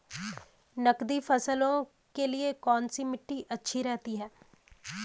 नकदी फसलों के लिए कौन सी मिट्टी अच्छी रहती है?